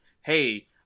hey